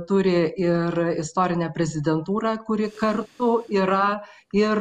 turi ir istorinę prezidentūrą kuri kartu yra ir